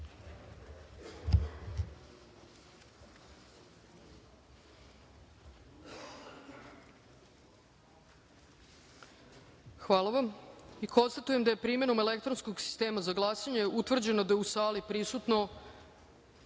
vam. Konstatujem da je primenom elektronskog sistema za glasanje utvrđeno da je u sali prisutno